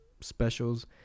specials